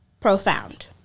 profound